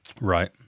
Right